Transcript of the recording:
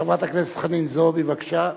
חברת הכנסת חנין זועבי, בבקשה.